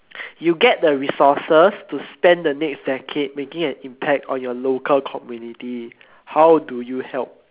you get the resources to spend on the next decade making an impact on your local community how do you help